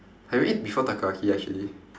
have you eat before takoyaki actually